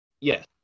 Yes